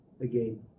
again